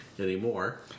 anymore